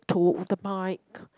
to the mic